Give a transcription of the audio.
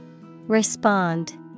Respond